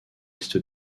est